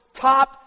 top